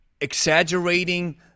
exaggerating